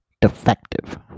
defective